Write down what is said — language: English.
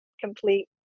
complete